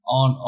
on